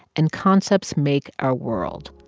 and concepts make our world,